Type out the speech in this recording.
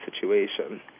situation